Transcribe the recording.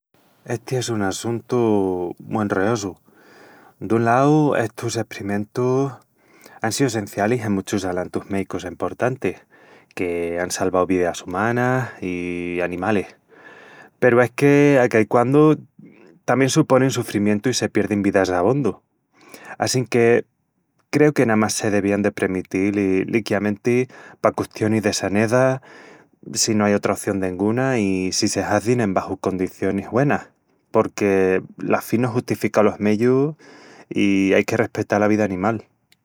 Esti es un assuntu mu enreosu. Dun lau, estus esprimentus án síu sencialis en muchus alantus méicus emportantis que án salvau vidas umanas i animalis. Peru es que, a caiquandu, tamién suponin sufrimientu i se pierdin vidas abondu. Assinque creu que namás se devían de premitil, i liquiamenti pa custionis de saneza, si no ai otra oción denguna i si se hazin embaxu condicionis güenas porque la fin no justifica los meyus i ai que respetal la vida animal.